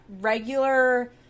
regular